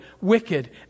wicked